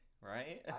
right